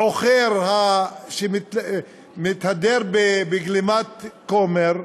העוכר שמתהדר בגלימת כומר,